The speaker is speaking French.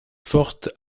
fortes